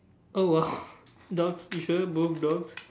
oh !wow! dogs you sure both dogs